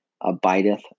abideth